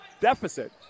deficit